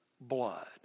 blood